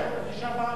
כן, אני נשאר בארץ.